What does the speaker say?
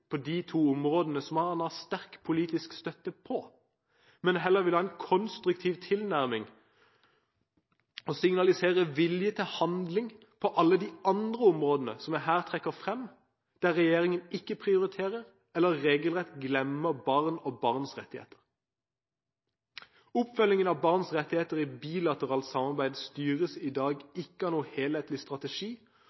på de to områdene hvor han har sterk politisk støtte, men heller ha en konstruktiv tilnærming og signalisere vilje til handling på alle de andre områdene som jeg her trekker frem, hvor regjeringen ikke prioriterer, eller regelrett glemmer, barn og barns rettigheter. Oppfølgingen av barns rettigheter i bilateralt samarbeid styres i dag